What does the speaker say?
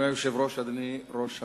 אדוני היושב-ראש, אדוני ראש הממשלה,